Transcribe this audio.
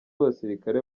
abasirikare